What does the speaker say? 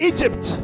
Egypt